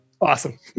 Awesome